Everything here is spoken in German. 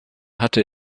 hatte